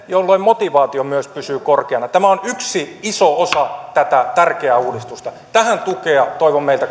jolloin motivaatio myös pysyy korkeana tämä on yksi iso osa tätä tärkeää uudistusta tähän tukea toivon meiltä